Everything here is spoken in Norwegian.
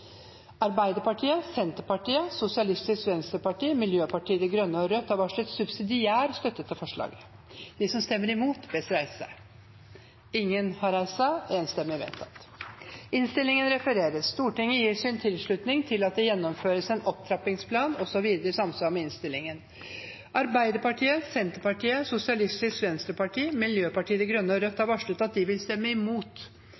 Arbeiderpartiet, Senterpartiet, Sosialistisk Venstreparti, Miljøpartiet De Grønne og Rødt har varslet subsidiær støtte til forslaget. Arbeiderpartiet, Senterpartiet, Sosialistisk Venstreparti, Miljøpartiet De Grønne og Rødt